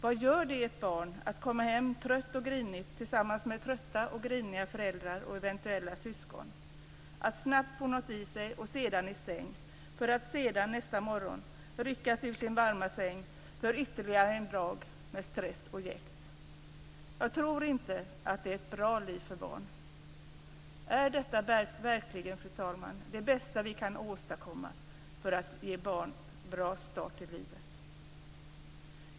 Vad innebär det för ett barn att komma hem trött och grinigt tillsammans med trötta och griniga föräldrar och eventuella syskon att snabbt få något i sig och sedan i säng för att nästa morgon ryckas ur sin varma säng för ytterligare en dag med stress och jäkt? Jag tror inte att detta är ett bra liv för ett barn. Är det verkligen det bästa vi kan åstadkomma för att ge barn en bra start i livet?